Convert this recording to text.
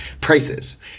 prices